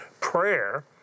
prayer